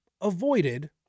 avoided